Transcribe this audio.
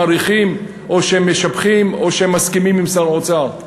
מעריכים או שהם משבחים או שהם מסכימים עם שר האוצר.